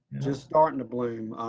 just starting to bloom.